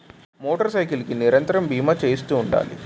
motor cycle కి నిరంతరము బీమా చేయిస్తుండాలి